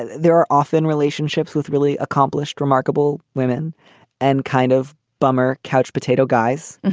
there are often relationships with really accomplished, remarkable women and kind of bummer couch potato guys. and